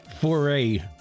foray